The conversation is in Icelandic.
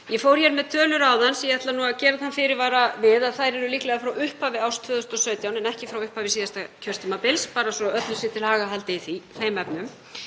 Ég fór með tölur áðan sem ég ætla að gera þann fyrirvara við að þær eru líklega frá upphafi árs 2017 en ekki frá upphafi síðasta kjörtímabils, bara svo öllu sé til haga haldið í þeim efnum.